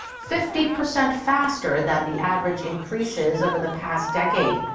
fifty percent faster than the average increases over the past decade.